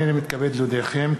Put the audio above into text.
הנני מתכבד להודיעכם,